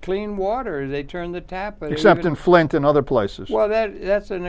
clean water they turn the tap but except in flint and other places well that's an